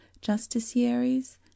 justiciaries